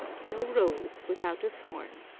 no rose without a thorn.